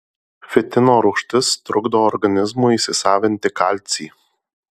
fitino rūgštis trukdo organizmui įsisavinti kalcį